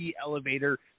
elevator